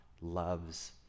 loves